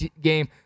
game